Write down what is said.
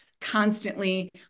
constantly